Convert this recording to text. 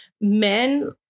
Men